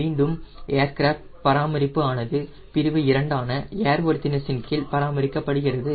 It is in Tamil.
மீண்டும் ஏர்கிராஃப்ட் பராமரிப்பு ஆனது பிரிவு இரண்டான ஏர்வர்தினஸ் இன் கீழ் பராமரிக்கப்படுகிறது